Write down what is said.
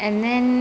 mm